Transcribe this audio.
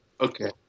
Okay